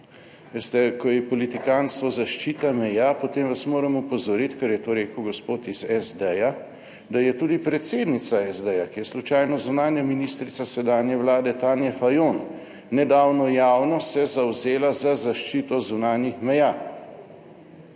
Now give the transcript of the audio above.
veste, ko je politikantstvo zaščita meja, potem vas moram opozoriti, ker je to rekel gospod iz SD, da je tudi predsednica SD, ki je slučajno zunanja ministrica sedanje Vlade, Tanja Fajon nedavno javno se zavzela za zaščito zunanjih meja.